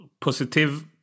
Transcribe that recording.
positive